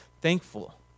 thankful